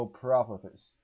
properties